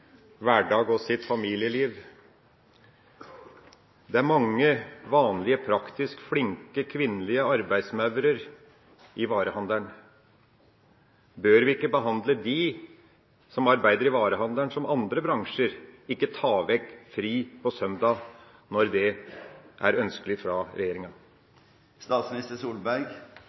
hverdag og familieliv. Det er mange vanlige, praktisk flinke kvinnelige arbeidsmaur i varehandelen. Bør vi ikke behandle dem som arbeider i varehandelen, som andre bransjer – ikke ta vekk søndagsfri når det er ønskelig fra